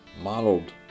modeled